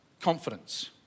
confidence